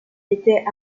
était